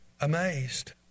amazed